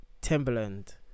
Timberland